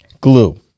glue